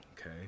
Okay